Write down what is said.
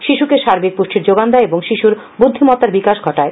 শিশুকে সার্বিক পুষ্টির যোগান দেয় ও শিশুর বুদ্ধিমত্তার বিকাশ ঘটায়